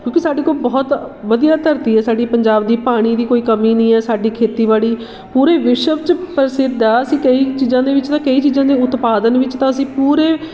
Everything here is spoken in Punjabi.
ਕਿਉਂਕਿ ਸਾਡੇ ਕੋਲ ਬਹੁਤ ਵਧੀਆ ਧਰਤੀ ਹੈ ਸਾਡੀ ਪੰਜਾਬ ਦੀ ਪਾਣੀ ਦੀ ਕੋਈ ਕਮੀ ਨਹੀਂ ਹੈ ਸਾਡੀ ਖੇਤੀਬਾੜੀ ਪੂਰੇ ਵਿਸ਼ਵ 'ਚ ਪ੍ਰਸਿੱਧ ਆ ਅਸੀਂ ਕਈ ਚੀਜ਼ਾਂ ਦੇ ਵਿੱਚ ਨਾ ਕਈ ਚੀਜ਼ਾਂ ਦੇ ਉਤਪਾਦਨ ਵਿੱਚ ਤਾਂ ਅਸੀਂ ਪੂਰੇ